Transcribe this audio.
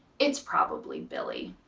it's probably billy.